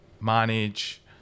manage